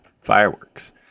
fireworks